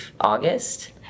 August